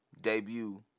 debut